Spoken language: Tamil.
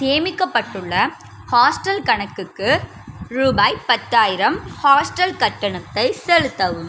சேமிக்கப்பட்டுள்ள ஹாஸ்டல் கணக்குக்கு ரூபாய் பத்தாயிரம் ஹாஸ்டல் கட்டணத்தைச் செலுத்தவும்